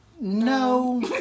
No